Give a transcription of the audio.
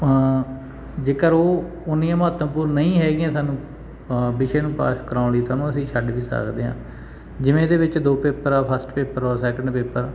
ਜੇਕਰ ਉਹ ਓਨੀਆਂ ਮਹੱਤਵਪੂਰਨ ਨਹੀਂ ਹੈਗੀਆਂ ਸਾਨੂੰ ਵਿਸ਼ੇ ਨੂੰ ਪਾਸ ਕਰਵਾਉਣ ਲਈ ਤਾਂ ਉਹਨੂੰ ਅਸੀਂ ਛੱਡ ਵੀ ਸਕਦੇ ਹਾਂ ਜਿਵੇਂ ਇਹਦੇ ਵਿੱਚ ਦੋ ਪੇਪਰ ਆ ਫਸਟ ਪੇਪਰ ਔਰ ਸੈਕਿੰਡ ਪੇਪਰ